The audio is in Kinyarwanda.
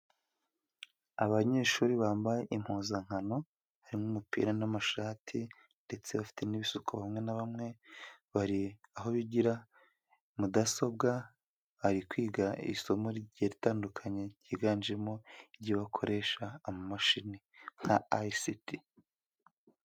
Abanyeshuri bambaye impuzankano, harimo umupira n'amashati ndetse bafite n'ibisuko bamwe na bamwe, bari aho bigira mudasobwa, bari kwiga isomo rigiye ritandukanye, ryiganjemo iryo bakoresha amamashini nka ayisiti.